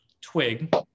twig